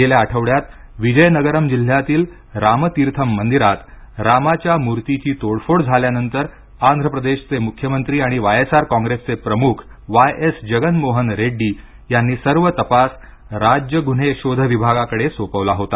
गेल्या आढवड्यात विजयनगरम जिह्यातील रामतीर्थम मंदिरात रामाच्या मूर्तीची तोडफोड झाल्यानंतर आंध्रप्रदेशचे मुख्यमंत्री आणि वायएसआर कॉंग्रेसचे प्रमुख वाय एस जगन मोहन रेड्डी यांनी सर्व तपास राज्य गुन्हे शोध विभागाकडे सोपविला होता